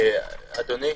אדוני,